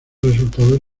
resultado